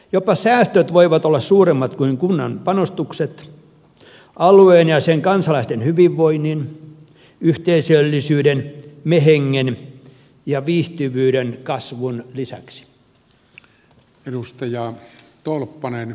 jopa säästöt voivat olla suuremmat kuin kunnan panostukset alueen ja sen kansalaisten hyvinvoinnin yhteisöllisyyden me hengen ja viihtyvyyden kasvun lisäksi